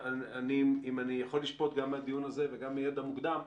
אם אני יכול לשפוט גם מהדיון הזה וגם מידע מוקדם,